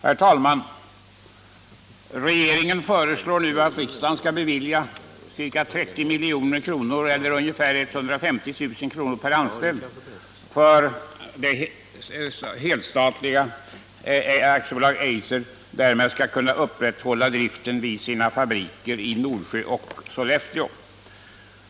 Herr talman! Regeringen föreslår att riksdagen nu skall bevilja ca 30 milj.kr., ungefär 150 000 kr. per anställd, till det helstatliga AB Eiser för att företaget därmed skall kunna upprätthålla driften vid sina fabriker i Norsjö 57 och Sollefteå.